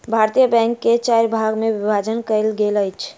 भारतीय बैंक के चाइर भाग मे विभाजन कयल गेल अछि